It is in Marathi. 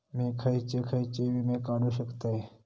मी खयचे खयचे विमे काढू शकतय?